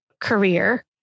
career